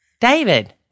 David